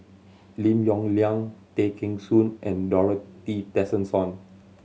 Lim Yong Liang Tay Kheng Soon and Dorothy Tessensohn